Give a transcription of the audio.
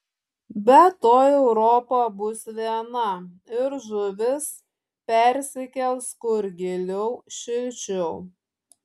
bet tuoj europa bus viena ir žuvis persikels kur giliau šilčiau